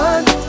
One